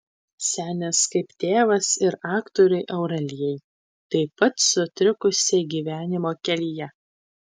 senis kaip tėvas ir aktorei aurelijai taip pat sutrikusiai gyvenimo kelyje